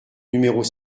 numéros